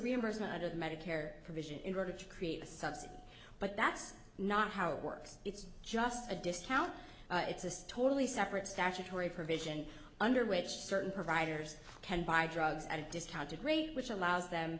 reimbursement of medicare provision in order to create a subsidy but that's not how it works it's just a discount it's us totally separate statutory provision under which certain providers can buy drugs at a discounted rate which allows them